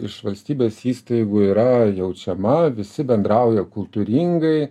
iš valstybės įstaigų yra jaučiama visi bendrauja kultūringai